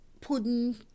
pudding